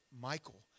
Michael